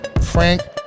Frank